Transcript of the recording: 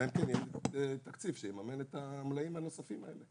אלא אם כן יהיה תקציב שיממן את המלאים הנוספים האלה.